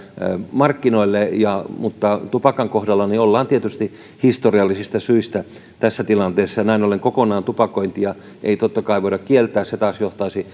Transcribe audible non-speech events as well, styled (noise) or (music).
markkinoille mutta tupakan kohdalla ollaan tietysti historiallisista syistä tässä tilanteessa näin ollen tupakointia ei tietenkään voida kokonaan kieltää se taas johtaisi (unintelligible)